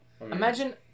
Imagine